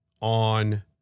on